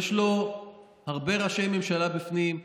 יש לו הרבה ראשי ממשלה בפנים,